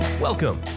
Welcome